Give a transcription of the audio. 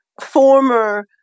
former